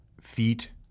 feet